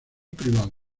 privado